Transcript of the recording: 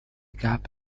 gab